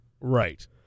Right